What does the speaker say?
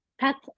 Pets